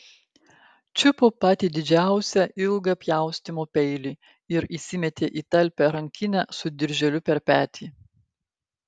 čiupo patį didžiausią ilgą pjaustymo peilį ir įsimetė į talpią rankinę su dirželiu per petį